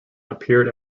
appeared